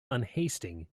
unhasting